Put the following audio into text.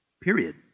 Period